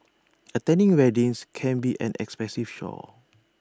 attending weddings can be an expensive chore